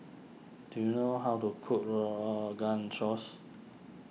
do you know how to cook Rogan Josh